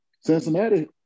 Cincinnati